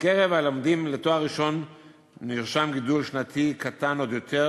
בקרב הלומדים לתואר ראשון נרשם גידול שנתי קטן עוד יותר,